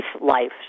life